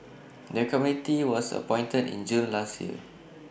the committee was appointed in June last year